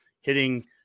hitting